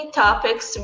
topics